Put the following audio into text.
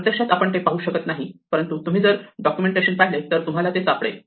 प्रत्यक्षात आपण ते पाहू शकत नाही परंतु जर तुम्ही डॉक्युमेंटेशन पाहिले तर तुम्हाला ते सापडेल